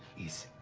is.